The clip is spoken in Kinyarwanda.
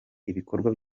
ibikorwa